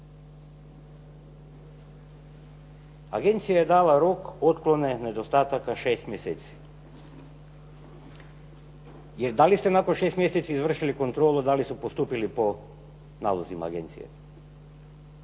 Agencija je dala rok otklone nedostataka 6 mjeseci. Jer da li ste nakon 6 mjeseci izvršili kontrolu da li su postupili po nalozima agencije.